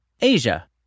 Asia